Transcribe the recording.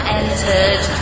entered